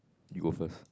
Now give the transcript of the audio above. you go first